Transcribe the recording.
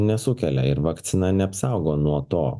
nesukelia ir vakcina neapsaugo nuo to